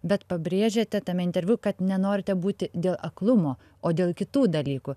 bet pabrėžiate tame interviu kad nenorite būti dėl aklumo o dėl kitų dalykų